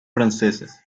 franceses